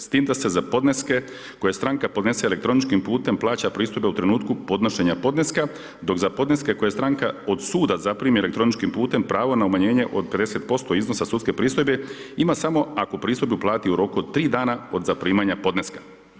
S tim da se za podneske koje stranka podnese elektroničkim putem plaća pristojba u trenutku podnošenja podneska, dok za podneske koje stranka od suda zaprimi elektroničkim putem pravo na umanjenje od 50% iznosa sudske pristojbe ima samo ako pristojbu plati u roku od 3 dana od zaprimanja podneska.